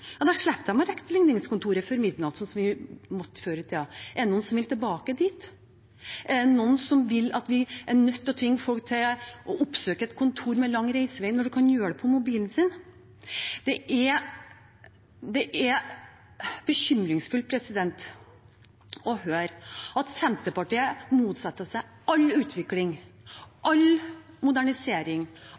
slipper de å rekke ligningskontoret før midnatt, slik vi måtte før i tiden. Er det noen som vil tilbake dit? Er det noen som vil dit at vi er nødt til å tvinge folk med lang reisevei til å oppsøke et kontor når man kan gjøre det på mobilen sin? Det er bekymringsfullt å høre at Senterpartiet motsetter seg all utvikling, all modernisering,